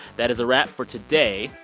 that is a wrap for today.